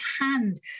hand